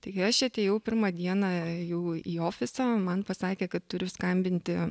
taigi aš atėjau pirmą dieną jau į ofisą man pasakė kad turiu skambinti